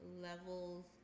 levels